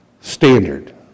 standard